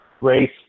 race